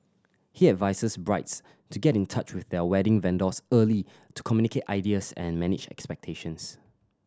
he advises brides to get in touch with their wedding vendors early to communicate ideas and manage expectations